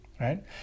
Right